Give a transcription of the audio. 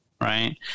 Right